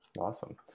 Awesome